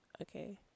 Okay